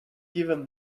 given